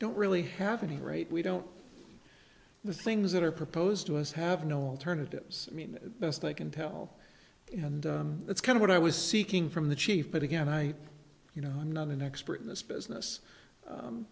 don't really have any right we don't the things that are proposed to us have no alternatives i mean best i can tell you and that's kind of what i was seeking from the chief but again i you know i'm not an expert in this business